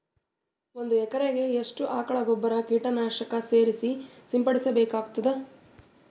ಒಂದು ಎಕರೆಗೆ ಎಷ್ಟು ಆಕಳ ಗೊಬ್ಬರ ಕೀಟನಾಶಕ ಸೇರಿಸಿ ಸಿಂಪಡಸಬೇಕಾಗತದಾ?